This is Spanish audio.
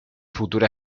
futura